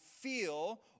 feel